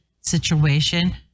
situation